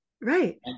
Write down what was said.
Right